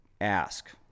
ask